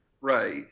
right